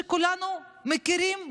שכולנו מכירים,